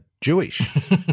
Jewish